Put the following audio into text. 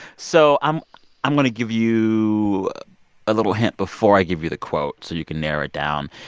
so i'm i'm going to give you a little hint before i give you the quote so you can narrow it down.